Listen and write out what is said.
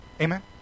Amen